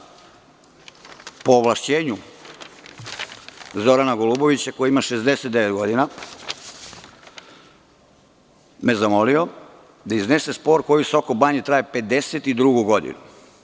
Po ovlašćenju Zorana Golubovića, koji ima 69 godina, on me je zamolio da iznesem spor koji u Sokobanji traje 52. godinu.